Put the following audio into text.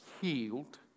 healed